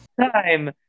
time